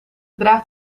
draagt